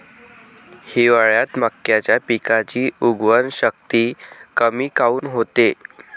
हिवाळ्यात मक्याच्या पिकाची उगवन शक्ती कमी काऊन होते?